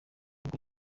ubwo